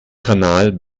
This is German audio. kanal